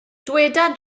dyweda